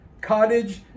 cottage